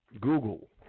Google